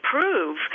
prove